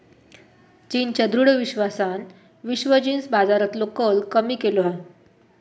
चीनच्या दृढ विश्वासान विश्व जींस बाजारातलो कल कमी केलो हा